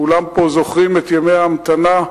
כולם פה זוכרים את ימי ההמתנה,